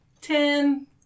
ten